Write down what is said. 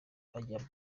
bajyamo